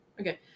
Okay